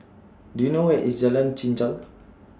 Do YOU know Where IS Jalan Chichau